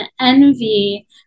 envy